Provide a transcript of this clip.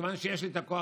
מכיוון שיש לי את הכוח,